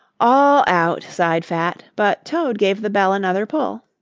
all out, sighed fat but toad gave the bell another pull.